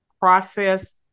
process